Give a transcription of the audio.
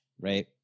Right